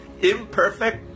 imperfect